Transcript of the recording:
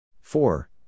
four